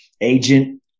agent